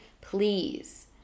Please